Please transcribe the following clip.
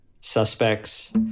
suspects